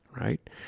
right